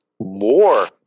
more